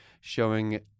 showing